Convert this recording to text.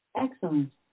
Excellent